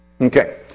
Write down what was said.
Okay